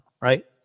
right